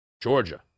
Georgia